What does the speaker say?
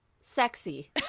sexy